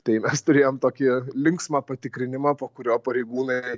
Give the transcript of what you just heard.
tai mes turėjom tokį linksmą patikrinimą po kurio pareigūnai